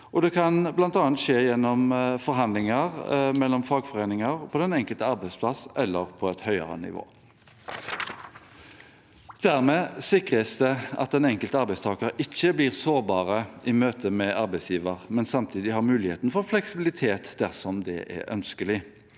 det kan bl.a. skje gjennom forhandlinger mellom fagforeninger på den enkelte arbeidsplass eller på et høyere nivå. Dermed sikres det at den enkelte arbeidstaker ikke blir sårbar i møte med arbeidsgiver og samtidig har muligheten for fleksibilitet dersom det er ønskelig.